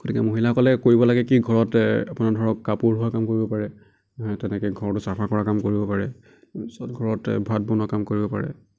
গতিকে মহিলাসকলে কৰিব লাগে কি ঘৰত ধৰক আপোনাৰ কাপোৰ ধোৱা কাম কৰিব পাৰে তেনেকৈ ঘৰটো চাফা কৰা কাম কৰিব পাৰে তাৰপিছত ঘৰত ভাত বনোৱা কাম কৰিব পাৰে